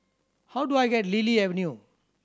how do I get Lily Avenue